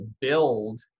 build